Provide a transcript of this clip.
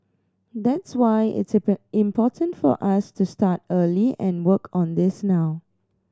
that's why it's important for us to start early and work on this now